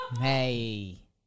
Hey